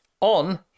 on